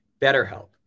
BetterHelp